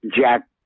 Jack